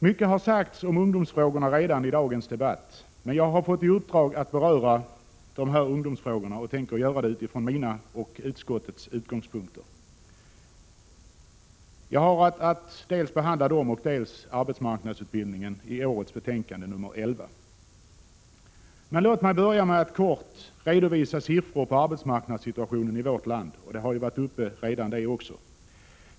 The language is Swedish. Mycket har redan sagts om ungdomsfrågorna i dagens debatt, men jag har fått i uppdrag att beröra ungdomsoch arbetsmarknadsutbildningsfrågor i årets betänkande 11 från arbetsmarknadsutskottet, och det tänker jag göra från mina och utskottsmajoritetens utgångspunkter. Låt mig dock börja med att något kort redovisa siffror avseende arbetsmarknadsituationen i vårt land — sådana har ju också varit uppe.